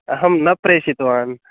अहं न प्रेषितवान्